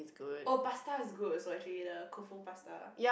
oh pasta is good also actually the Koufu pasta